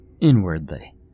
Inwardly